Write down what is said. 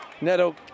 Neto